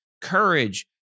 Courage